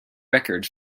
records